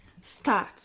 Start